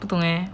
不懂 eh